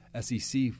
SEC